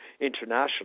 international